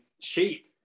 cheap